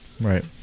Right